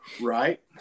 Right